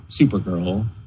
supergirl